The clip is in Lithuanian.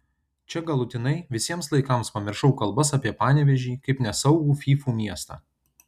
čia galutinai visiems laikams pamiršau kalbas apie panevėžį kaip nesaugų fyfų miestą